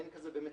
מעין סילבוס.